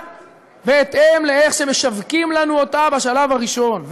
לפי איך שמשווקים לנו אותה בשלב הראשון.